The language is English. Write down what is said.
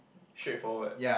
straightforward